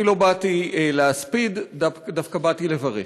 אני לא באתי להספיד, דווקא באתי לברך,